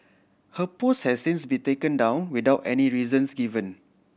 her post has since been taken down without any reasons given